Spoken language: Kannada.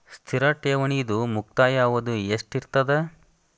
ಸ್ಥಿರ ಠೇವಣಿದು ಮುಕ್ತಾಯ ಅವಧಿ ಎಷ್ಟಿರತದ?